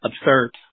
absurd